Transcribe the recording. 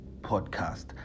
podcast